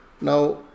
Now